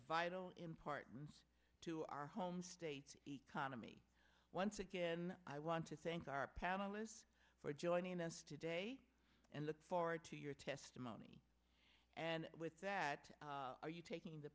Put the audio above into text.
vital importance to our home state economy once again i want to thank our panelists for joining us today and look forward to your testimony and with you taking the